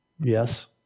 Yes